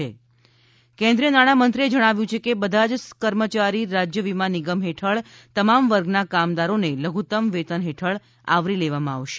ત કેન્રિછેયનાણા મંત્રીએ જણાવ્યું છે કે બધા જ કર્મચારી રાજ્ય વીમા નિગમ હેઠળ તમામ વર્ગના કામદારોને લઘુતમ વેતન હેઠળ આવરી લેવામાં આવશે